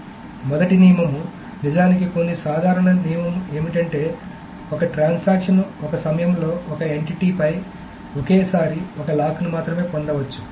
కాబట్టి మొదటి నియమం నిజానికి కొన్ని సాధారణ నియమం ఏమిటంటే ఒక ట్రాన్సాక్షన్ ఒక సమయంలో ఒక ఎంటిటీ పై ఒకేసారి ఒక లాక్ని మాత్రమే పొందవచ్చు